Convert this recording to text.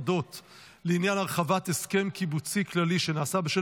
לעניין הרחבת הסכם קיבוצי כללי שנעשה בשל